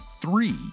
three